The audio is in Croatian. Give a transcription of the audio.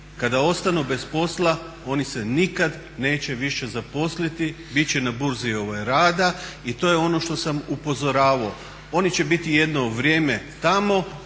kada ostanu bez posla oni se nikad neće više zaposliti, bit će na burzi rada i to je ono što sam upozoravao. Oni će biti jedno vrijeme tamo,